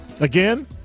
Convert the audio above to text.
Again